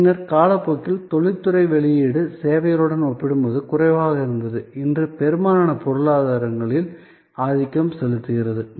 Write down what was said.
பின்னர் காலப்போக்கில் தொழில்துறை வெளியீடு சேவைகளுடன் ஒப்பிடும்போது குறைவாக இருந்தது இன்று பெரும்பாலான பொருளாதாரங்களில் ஆதிக்கம் செலுத்துகிறது